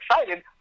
excited